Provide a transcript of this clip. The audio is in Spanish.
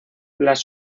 las